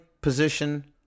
position